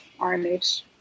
rmh